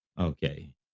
Okay